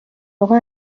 اقا